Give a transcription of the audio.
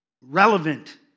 relevant